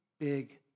big